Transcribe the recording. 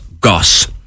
goss